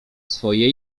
swoje